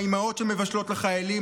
האימהות שמבשלות לחיילים,